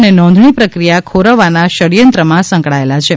અને નોંધણી પ્રક્રિયા ખોરવવાના ષડયંત્રમાં સંકળાયેલ છે